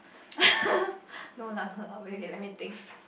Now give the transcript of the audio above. no lah no lah wait let me think